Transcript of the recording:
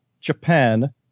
Japan